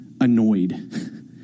annoyed